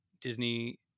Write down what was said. Disney